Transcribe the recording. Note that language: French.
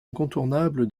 incontournable